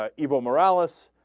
ah evil morales